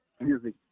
music